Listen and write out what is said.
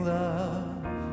love